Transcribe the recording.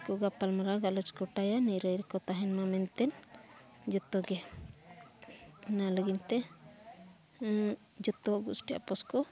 ᱠᱚ ᱜᱟᱯᱟᱞᱢᱟᱨᱟᱣ ᱜᱚᱴᱟᱭᱟ ᱱᱤᱨᱟᱹᱭ ᱨᱮᱠᱚ ᱛᱟᱦᱮᱱᱢᱟ ᱢᱮᱱᱛᱮ ᱡᱚᱛᱚᱜᱮ ᱚᱱᱟ ᱞᱟᱹᱜᱤᱫᱼᱛᱮ ᱡᱚᱛᱚ ᱜᱩᱥᱴᱤ ᱟᱯᱚᱥ ᱠᱚ